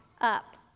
up